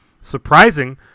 surprising